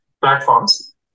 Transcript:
platforms